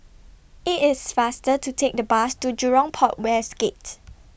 IT IS faster to Take The Bus to Jurong Port West Gate